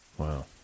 Wow